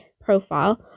profile